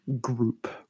group